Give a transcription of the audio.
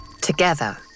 Together